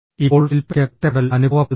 ഇപ്പോൾ ശിൽപയ്ക്ക് ഒറ്റപ്പെടൽ അനുഭവപ്പെടുന്നു